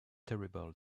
terrible